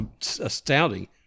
astounding